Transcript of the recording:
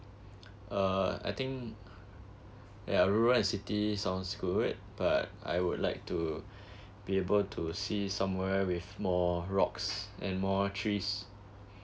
uh I think ya rural and city sounds good but I would like to be able to see somewhere with more rocks and more trees